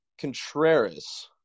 Contreras